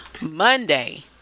Monday